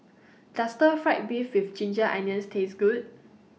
Does Stir Fried Beef with Ginger Onions Taste Good